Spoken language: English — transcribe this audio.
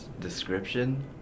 description